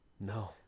No